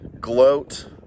gloat